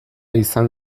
izan